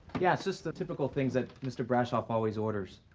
yeah so the typical things that mr. brashov always orders.